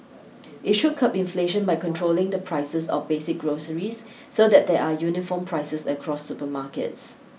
it should curb inflation by controlling the prices of basic groceries so that there are uniform prices across supermarkets